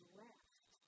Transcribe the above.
left